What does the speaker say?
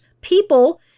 people